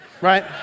right